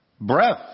breath